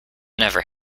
never